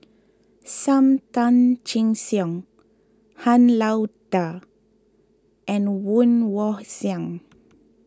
Sam Tan Chin Siong Han Lao Da and Woon Wah Siang